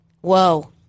Whoa